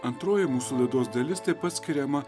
antroji mūsų laidos dalis taip pat skiriama